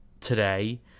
today